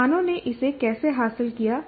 संस्थानों ने इसे कैसे हासिल किया